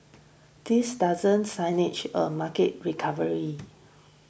this doesn't signage a market recovery